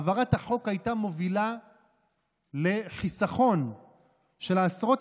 העברת החוק הייתה מובילה לחיסכון של עשרות